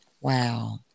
wow